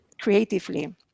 creatively